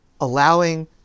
allowing